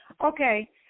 Okay